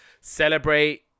celebrate